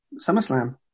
SummerSlam